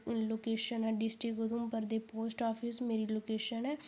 location ऐ district Udhampur दे post office मेरी लोकेशन ऐ